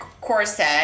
corset